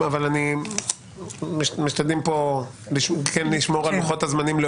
עצם העובדה שאתה גם קובע על מה נדבר בהכנה לקריאה השנייה והשלישית ומציג